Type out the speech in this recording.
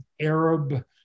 Arab